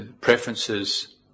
Preferences